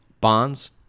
bonds